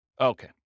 Okay